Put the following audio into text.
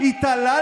יפה.